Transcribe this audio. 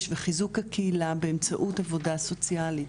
וחיזוק הקהילה באמצעות עבודה סוציאלית.